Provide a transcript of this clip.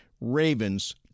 Ravens